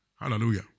Hallelujah